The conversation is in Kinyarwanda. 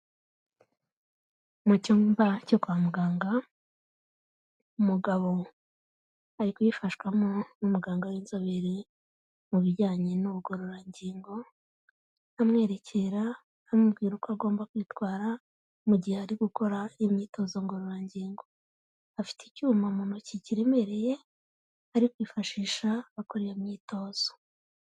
Mu cyumba cyo kwa muganga, umugabo ari kuyifashwamo n'umuganga w'inzobere mu bijyanye n'ubugororangingo, amwerekera amubwira uko agomba kwitwara mu gihe ari gukora imyitozo ngororangingo. Afite icyuma mu ntoki kireremereye ari kwifashisha akora iyo imyitozo.